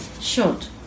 short